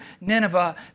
Nineveh